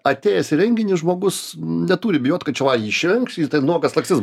atėjęs į renginį žmogus neturi bijot kad čia va jį išrengs ir ten nuogas lakstys